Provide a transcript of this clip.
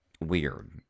weird